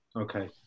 Okay